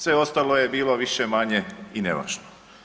Sve ostalo je bilo više-manje i nevažno.